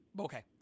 okay